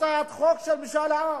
הצעת חוק של משאל עם?